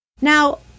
Now